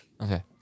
Okay